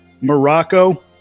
Morocco